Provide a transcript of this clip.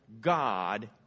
God